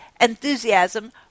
enthusiasm